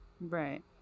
right